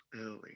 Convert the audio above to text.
early